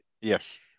Yes